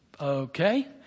Okay